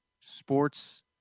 Sports